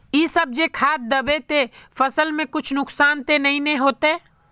इ सब जे खाद दबे ते फसल में कुछ नुकसान ते नय ने होते